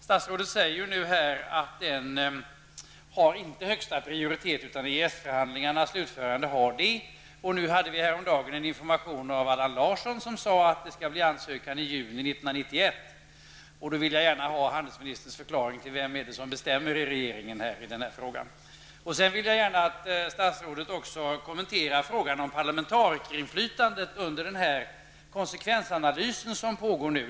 Statsrådet säger att den inte har högsta prioritet, utan att det är EES förhandlingarnas slutförande som har det. Häromdagen informerade Allan Larsson om att en ansökan skall lämnas in i juni 1991. Jag vill gärna ha handelsministerns förklaring till vem det är som bestämmer i regeringen i den frågan. Jag vill gärna att statsrådet också kommenterar frågan om parlamentarikerinflytandet under den konsekvensanalys som pågår nu.